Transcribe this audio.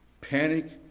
panic